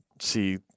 see